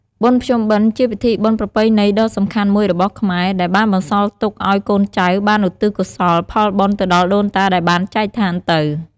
បុណ្យភ្ជុំបិណ្ឌ ជាពិធីបុណ្យប្រពៃណីដ៏សំខាន់មួយរបស់ខ្មែរ ដែលបានបន្សល់ទុកអោយកូនចៅបានឧទ្ទិសកុសលផលបុណ្យទៅដល់ដូនតាដែលបានចែកឋានទៅ។